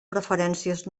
preferències